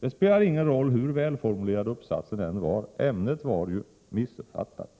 Det spelade ingen roll hur välformulerad uppsatsen än var. Ämnet var ju missuppfattat.